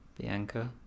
Bianca